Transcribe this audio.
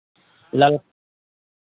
लए लेब